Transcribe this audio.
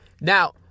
Now